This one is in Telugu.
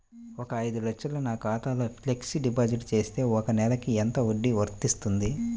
ఒక ఐదు లక్షలు నా ఖాతాలో ఫ్లెక్సీ డిపాజిట్ చేస్తే ఒక నెలకి ఎంత వడ్డీ వర్తిస్తుంది?